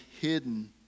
hidden